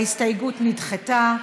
ההסתייגות נדחתה.